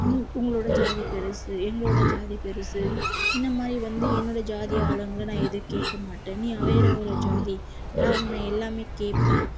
உ உங்களோட ஜாதி பெருசு எங்களோட ஜாதி பெருசு இந்த மாரி வந்து என்னோட ஜாதி ஆளுங்களை நான் எதுவும் கேட்க மாட்ட நீ வேறு ஒரு ஜாதி நான் உன்னை எல்லாமே கேட்பேன்